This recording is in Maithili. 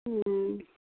हुँ